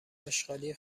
آشغالی